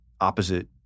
opposite